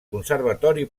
conservatori